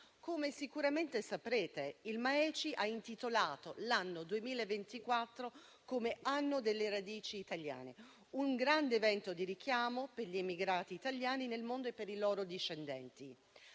Come sicuramente saprete, il MAECI ha intitolato il 2024 anno delle radici italiane; un grande evento di richiamo per gli immigrati italiani nel mondo e per i loro discendenti.